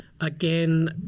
Again